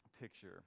picture